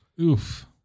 Oof